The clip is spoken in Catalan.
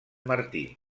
martí